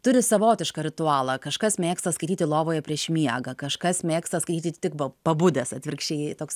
turi savotišką ritualą kažkas mėgsta skaityti lovoje prieš miegą kažkas mėgsta skaityt tik pabudęs atvirkščiai toks